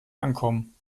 ankommen